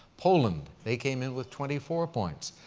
poland, they came in with twenty four points.